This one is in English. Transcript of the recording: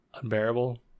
unbearable